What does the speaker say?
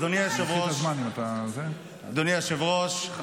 אדוני היושב-ראש,